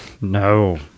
No